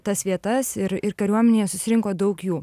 tas vietas ir ir kariuomenėje susirinko daug jų